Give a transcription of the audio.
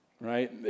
right